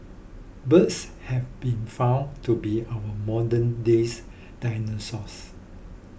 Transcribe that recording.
birds have been found to be our modern days dinosaurs